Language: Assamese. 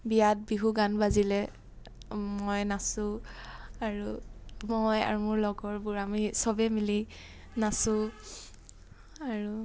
বিয়াত বিহু গান বাজিলে মই নাচোঁ আৰু মই আৰু মোৰ লগৰবোৰ আমি চবেই মিলি নাচোঁ আৰু